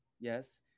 Yes